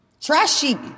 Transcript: Trashy